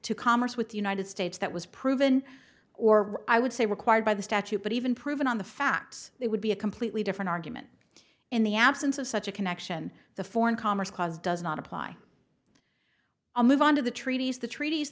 to commerce with the united states that was proven or i would say required by the statute but even proven on the facts it would be a completely different argument in the absence of such a connection the foreign commerce clause does not apply a move on to the treaties the treaties